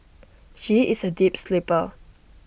she is A deep sleeper